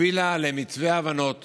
לערכאות הובילה למתווה הבנות